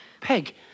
Peg